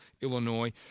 Illinois